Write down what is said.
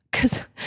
Cause